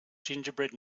gingerbread